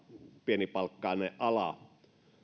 pienipalkkainen ala